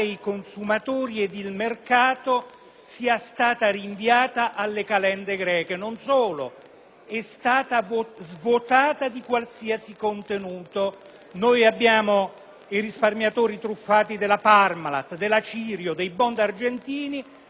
sia stata rinviata alle calende greche; non solo, essa è stata svuotata di qualsiasi contenuto. Abbiamo i risparmiatori truffati della Parmalat, della Cirio e dei *bond* argentini che aspettano ancora giustizia